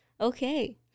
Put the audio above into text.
Okay